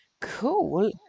Cool